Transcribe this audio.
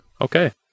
Okay